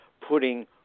putting